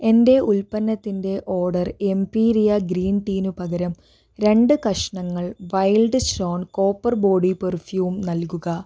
എന്റെ ഉൽപ്പന്നത്തിന്റെ ഓർഡർ എംപീരിയ ഗ്രീൻ ടീന് പകരം രണ്ട് കഷണങ്ങൾ wild stone copper body perfume നൽകുക